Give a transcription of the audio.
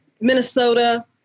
Minnesota